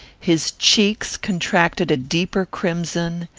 his cheeks contracted a deeper crimson,